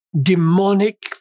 demonic